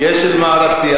כשל מערכתי,